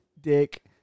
dick